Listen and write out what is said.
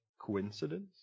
coincidence